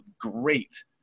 great